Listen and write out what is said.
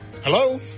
Hello